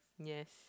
yes